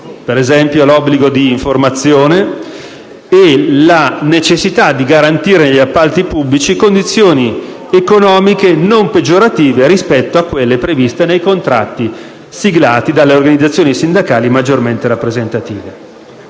ad esempio, l'obbligo di informazione e la necessità di garantire negli appalti pubblici condizioni economiche non peggiorative rispetto a quelle previste nei contratti siglati dalle organizzazioni sindacali maggiormente rappresentative.